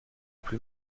plus